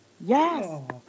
Yes